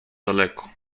daleko